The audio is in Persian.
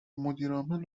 مدیرعامل